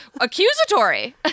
accusatory